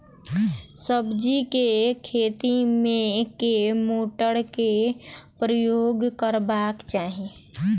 सब्जी केँ खेती मे केँ मोटर केँ प्रयोग करबाक चाहि?